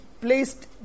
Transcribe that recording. placed